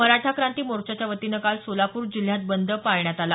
मराठा क्रांती मोर्चाच्या वतीनं काल सोलापूर जिल्ह्यात बंद पाळण्यात आला